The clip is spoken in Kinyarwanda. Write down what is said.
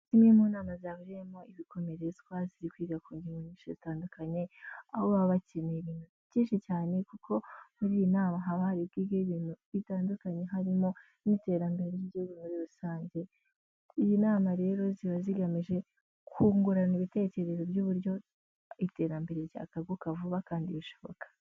Zimwe mu nama zahuriyemo ibikomerezwa ziri kwiga ku ngingo nyinshi zitandukanye, aho baba bakeneye byinshi cyane kuko muri iyi nama haba hari bwigirwemo ibintu bitandukanye harimo n'iterambere ry'igihugu muri rusange. Izi nama rero ziba zigamije kungurana ibitekerezo by'uburyo iterambere ryakaguka vuba kandi bishoboka.